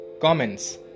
comments